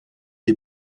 des